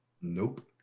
Nope